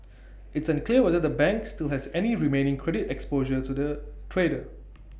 it's unclear whether the bank still has any remaining credit exposure to the trader